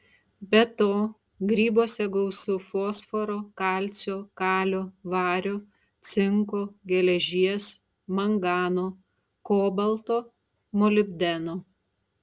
be to grybuose gausu fosforo kalcio kalio vario cinko geležies mangano kobalto molibdeno